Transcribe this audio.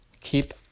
keep